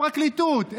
איפה הפרקליטות?